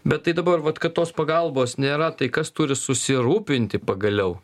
bet tai dabar vat kad tos pagalbos nėra tai kas turi susirūpinti pagaliau